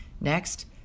Next